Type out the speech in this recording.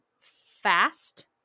fast